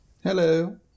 Hello